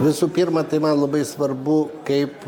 visų pirma tai man labai svarbu kaip